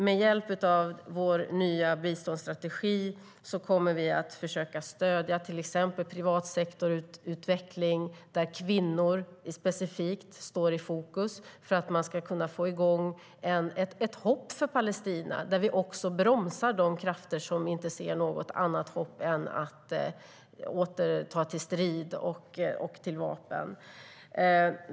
Med hjälp av vår nya biståndsstrategi kommer vi att försöka stödja till exempel utvecklingen av en privat sektor, där kvinnor specifikt står i fokus, för att man ska kunna ge palestinierna hopp. Vi bromsar också de krafter som inte ser något annat hopp än att åter ta till strid och till vapen.